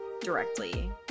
directly